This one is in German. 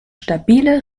stabile